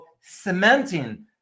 cementing